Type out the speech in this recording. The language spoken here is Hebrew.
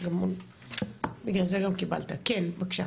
נורית, בבקשה.